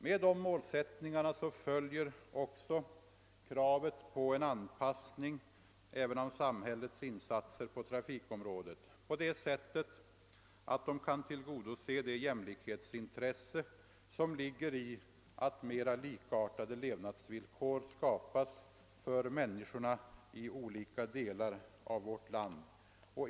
Med dessa följer även kravet på en anpassning till samhällets insatser på trafikområdet på det sättet, att de kan tillgodose det jämlikhetsintresse som ligger i att mera likartade levnadsvillkor skapas för människorna i olika delar av vårt land.